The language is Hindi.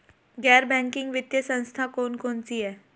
गैर बैंकिंग वित्तीय संस्था कौन कौन सी हैं?